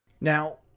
Now